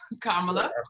Kamala